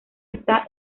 está